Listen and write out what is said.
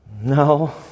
No